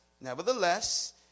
Nevertheless